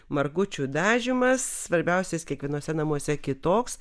margučių dažymas svarbiausias kiekvienuose namuose kitoks